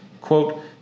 quote